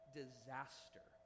disaster